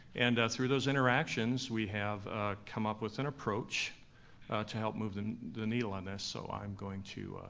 and through those interactions, we have come up with an approach to help move the the needle on this. so i'm going to,